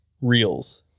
reels